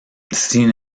sin